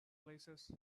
places